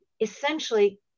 essentially